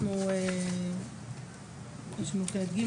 אנחנו נמצאים בפרק ג',